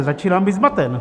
Začínám být zmaten.